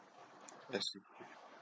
yes